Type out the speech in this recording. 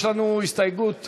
יש לנו הסתייגות 52,